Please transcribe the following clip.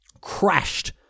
crashed